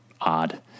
odd